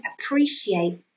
appreciate